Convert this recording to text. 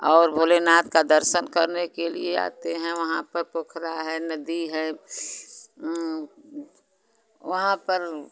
और भोलेनाथ का दर्शन करने के लिए आते हैं वहाँ पर पोखरा है नदी है वहाँ पर